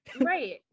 Right